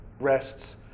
rests